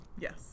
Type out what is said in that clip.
Yes